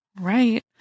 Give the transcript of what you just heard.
Right